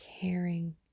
caring